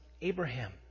Abraham